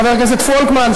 חבר הכנסת פולקמן,